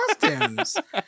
costumes